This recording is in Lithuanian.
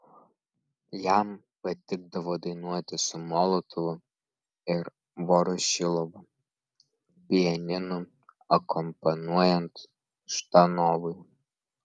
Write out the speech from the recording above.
jam patikdavo dainuoti su molotovu ir vorošilovu pianinu akompanuojant ždanovui